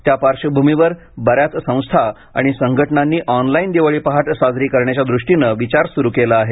त्या पार्श्वभूमीवर बऱ्याच संस्था आणि संघटनांनी ऑनलाईन दिवाळी पहाट साजरी करण्याच्या दृष्टीनं विचार सुरू केला आहे